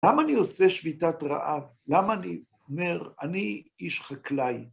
למה אני עושה שביתת רעב? למה אני אומר, אני איש חקלאי?